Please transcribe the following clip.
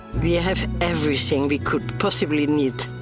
we have everything we could possibly need.